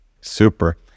Super